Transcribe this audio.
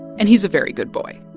and he's a very good boy.